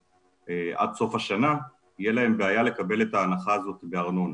עד סוף השנה תהיה להם בעיה לקבל את ההנחה הזאת בארנונה.